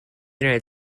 united